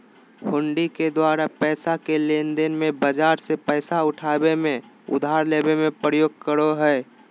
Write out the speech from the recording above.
हुंडी के द्वारा पैसा के लेनदेन मे, बाजार से पैसा उठाबे मे, उधार लेबे मे प्रयोग करो हलय